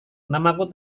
namaku